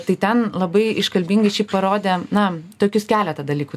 tai ten labai iškalbingai šiaip parodė na tokius keletą dalykų